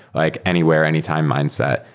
like anywhere, anytime mindset.